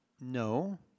No